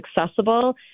accessible